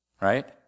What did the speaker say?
Right